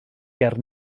ger